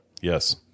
Yes